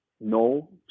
no